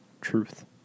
Truth